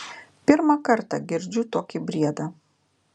pirmą kartą girdžiu tokį briedą